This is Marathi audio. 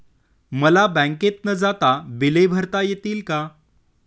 मला बँकेत न जाता बिले भरता येतील का?